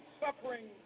suffering